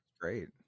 great